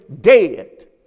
dead